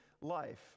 life